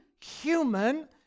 human